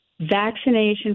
Vaccination